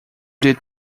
did